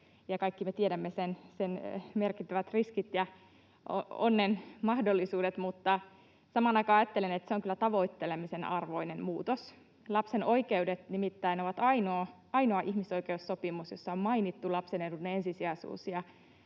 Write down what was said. kaikki me tiedämme sen merkittävät riskit ja onnen mahdollisuudet, mutta samaan aikaan ajattelen, että se on kyllä tavoittelemisen arvoinen muutos. Lapsen oikeudet nimittäin on ainoa ihmisoikeussopimus, jossa on mainittu lapsen edun ensisijaisuus,